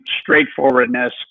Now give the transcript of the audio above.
straightforwardness